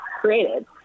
created